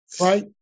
Right